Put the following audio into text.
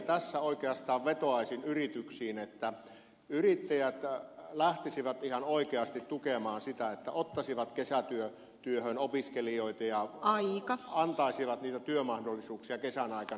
tässä oikeastaan vetoaisin yrityksiin että yrittäjät lähtisivät ihan oikeasti tukemaan sitä että ottaisivat kesätyöhön opiskelijoita ja antaisivat niitä työmahdollisuuksia kesän aikana